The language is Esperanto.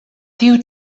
tiu